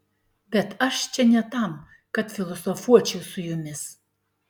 bet aš čia ne tam kad filosofuočiau su jumis